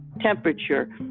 temperature